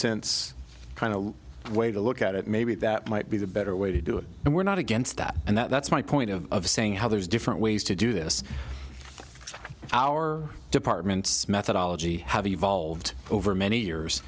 sense kind of way to look at it maybe that might be the better way to do it and we're not against that and that's my point of saying how there's different ways to do this our department methodology have evolved over many years